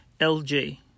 LJ